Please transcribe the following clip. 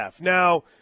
Now